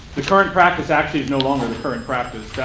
the current practice actually you know longer the current practice.